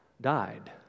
died